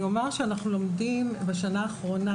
אני אומר שאנחנו לומדים בשנה האחרונה,